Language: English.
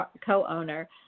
co-owner